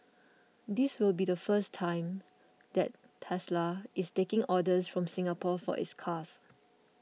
this will be the first time that Tesla is taking orders from Singapore for its cars